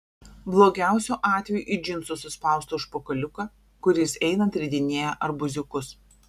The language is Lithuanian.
blogiausiu atveju į džinsų suspaustą užpakaliuką kuris einant ridinėja arbūziukus